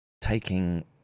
taking